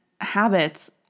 habits